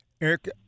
Eric